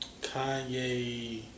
Kanye